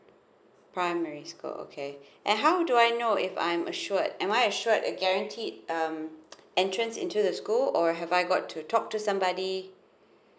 primary school okay and how do I know if I am assured am I assured guaranteed um entrance into the school or have I got to talk to somebody